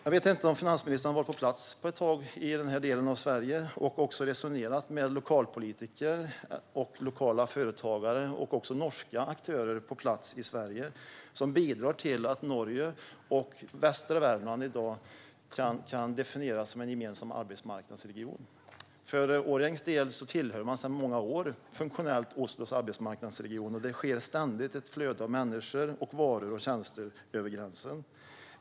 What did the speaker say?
Jag vet inte om finansministern har varit på plats på ett tag i den här delen av Sverige och resonerat med lokalpolitiker och lokala företagare och också norska aktörer på plats i Sverige som bidrar till att Norge och västra Värmland i dag kan definieras som en gemensam arbetsmarknadsregion. Årjäng tillhör funktionellt Oslos arbetsmarknadsregion sedan många år. Det är ett ständigt flöde av människor, varor och tjänster över gränsen.